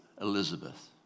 Elizabeth